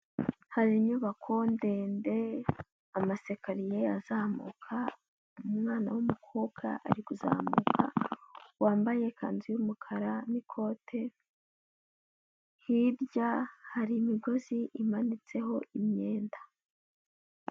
Hari inyubako ndende, amasikariye azamuka, umwana w'umukobwa ari kuzamuka wambaye ikanzu y'umukara n'ikote, hirya hari imigozi imanitseho imyenda.